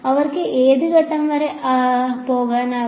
അവർക്ക് ഏത് ഘട്ടം വരെ പോകാനാകും